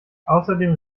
außerdem